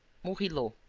murillo.